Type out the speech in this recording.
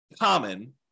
common